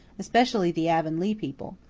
especially the avonlea people.